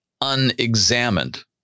unexamined